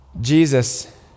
jesus